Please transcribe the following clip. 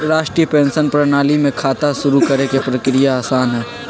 राष्ट्रीय पेंशन प्रणाली में खाता शुरू करे के प्रक्रिया आसान हई